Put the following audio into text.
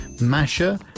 Masha